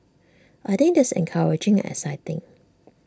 I think that's encouraging and exciting